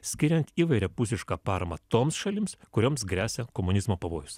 skiriant įvairiapusišką paramą toms šalims kurioms gresia komunizmo pavojus